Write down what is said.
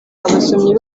abasomyi